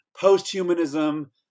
post-humanism